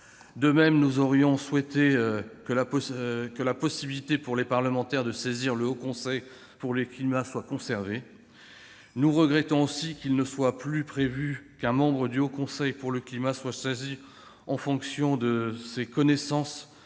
De même, nous aurions souhaité que la possibilité pour les parlementaires de saisir le Haut Conseil pour le climat soit conservée. Nous regrettons aussi qu'il ne soit plus prévu qu'un membre du Haut Conseil soit saisi en fonction de ses connaissances